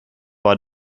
war